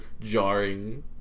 jarring